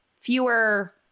fewer